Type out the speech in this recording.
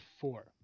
four